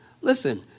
Listen